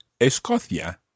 Escocia